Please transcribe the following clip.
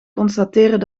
constateren